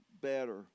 better